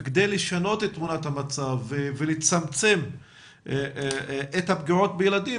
כדי לשנות את תמונת המצב ולצמצם את הפגיעות בילדים,